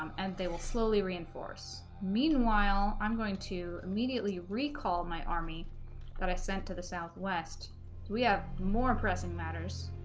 um and they will slowly reinforce meanwhile i'm going to immediately recall my army that i sent to the southwest we have more pressing matters